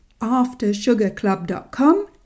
AfterSugarClub.com